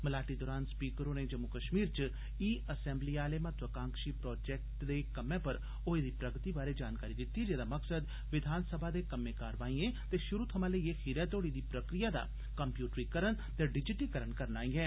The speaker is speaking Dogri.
मलाटी दरान स्पीकर होरें जम्मू कश्मीर च ई असैम्बली आले महत्वाकांक्षी प्रोजेक्ट दे कम्मै पर होई दी प्रगति बारै जानकारी दित्ती जेदा मकसद विघानसभा दे कम्में कारवाईयें ते शुरू थमां लेईये खीरै तोड़ी दी प्रक्रिया दा कम्प्यूटरीकरण ते डिजीटिकरण करना ऐ